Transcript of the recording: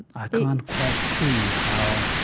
i can't quite see how,